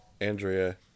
Andrea